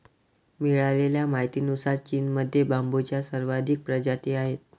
मिळालेल्या माहितीनुसार, चीनमध्ये बांबूच्या सर्वाधिक प्रजाती आहेत